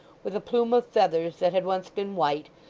with a plume of feathers that had once been white,